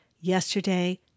yesterday